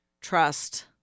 trust